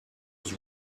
was